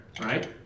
right